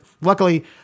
Luckily